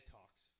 Talks